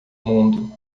mundo